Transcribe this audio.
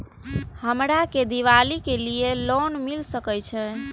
हमरा के दीपावली के लीऐ लोन मिल सके छे?